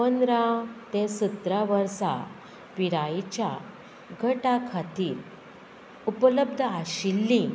पंदरा ते सतरा वर्सां पिरायेच्या गटा खातीर उपलब्ध आशिल्ली